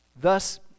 thus